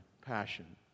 passion